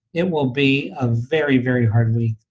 it will be a very, very hard week.